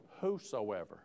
whosoever